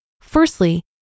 Firstly